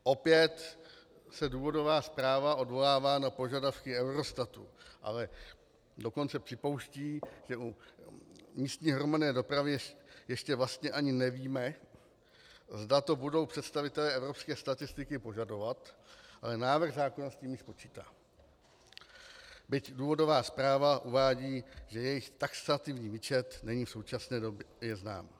Opět se důvodová zpráva odvolává na požadavky Eurostatu, ale dokonce připouští, že u místní hromadné dopravy ještě vlastně ani nevíme, zda to budou představitelé evropské statistiky požadovat, ale návrh zákona s tím již počítá, byť důvodová zpráva uvádí, že jejich taxativní výčet není v současné době znám.